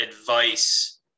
advice